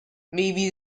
maybe